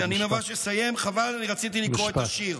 אני ממש מסיים, חבל, אני רציתי לקרוא את השיר.